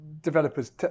developers